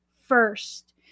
first